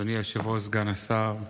אדוני היושב-ראש, סגן השרה,